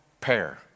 pair